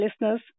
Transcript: listeners